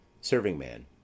Serving-man